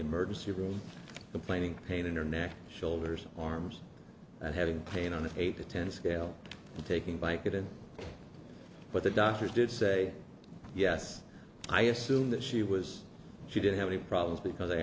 emergency room complaining pain in her neck shoulders arms and having pain on the eight to ten scale taking by couldn't but the doctors did say yes i assume that she was she didn't have any problems because they